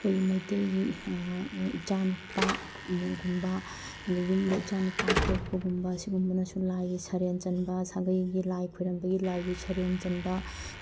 ꯑꯩꯈꯣꯏ ꯃꯩꯇꯩꯒꯤ ꯏꯆꯥ ꯅꯨꯄꯥ ꯏꯃꯨꯡꯒꯨꯝꯕ ꯑꯗꯒꯤ ꯌꯨꯝꯗ ꯏꯆꯥ ꯅꯨꯄꯥ ꯄꯣꯛꯄꯒꯨꯝꯕ ꯁꯤꯒꯨꯝꯕꯅꯁꯨ ꯂꯥꯏꯒꯤ ꯁꯔꯦꯟ ꯆꯟꯕ ꯁꯥꯒꯩꯒꯤ ꯂꯥꯏ ꯈꯣꯏꯔꯝꯕꯒꯤ ꯂꯥꯏꯒꯤ ꯁꯔꯦꯟ ꯆꯟꯕ